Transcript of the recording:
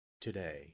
today